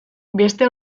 beste